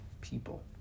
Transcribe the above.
people